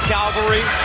Calvary